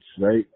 right